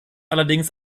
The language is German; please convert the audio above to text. allerdings